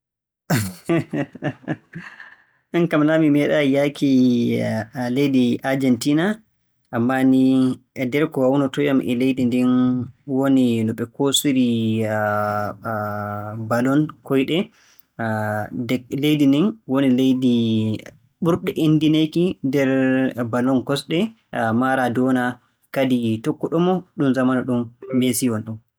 Miin kam naa mi meeɗaayi yahki leydi Ajentina, ammaa ni e nder ko waawnotoo yam e leydi ndin woni no ɓe koosiri, balon koyɗe - leydi ndin woni leydi ɓurduɗo inndineeki nder balon kosɗe, Maradona, kadi tokkuɗo-mo ɗum jamanu ɗum, Messi wonɗon.